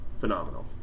phenomenal